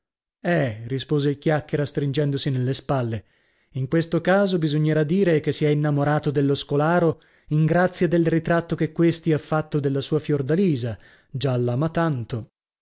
eh rispose il chiacchiera stringendosi nelle spalle in questo caso bisognerà dire che si è innamorato dello scolaro in grazia del ritratto che questi ha fatto della sua fiordalisa già l'ama tanto